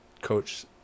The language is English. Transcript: coach